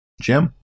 Jim